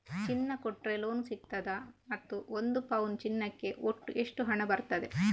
ಚಿನ್ನ ಕೊಟ್ರೆ ಲೋನ್ ಸಿಗ್ತದಾ ಮತ್ತು ಒಂದು ಪೌನು ಚಿನ್ನಕ್ಕೆ ಒಟ್ಟು ಎಷ್ಟು ಹಣ ಬರ್ತದೆ?